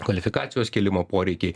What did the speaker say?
kvalifikacijos kėlimo poreikiai